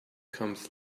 comes